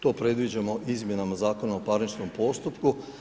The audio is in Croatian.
To predviđamo izmjenama Zakona o parničnom postupku.